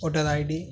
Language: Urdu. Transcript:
voter I D